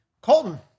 Colton